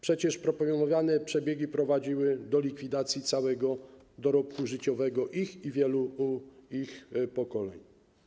Przecież proponowane przebiegi prowadziły do likwidacji całego dorobku życiowego wielu pokoleń.